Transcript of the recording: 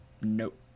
Nope